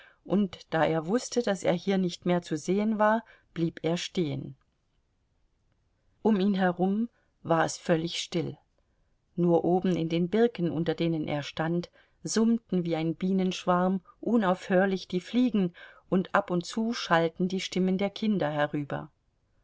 und da er wußte daß er hier nicht mehr zu sehen war blieb er stehen um ihn herum war es völlig still nur oben in den birken unter denen er stand summten wie ein bienenschwarm unaufhörlich die fliegen und ab und zu schallten die stimmen der kinder herüber